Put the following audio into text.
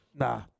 Nah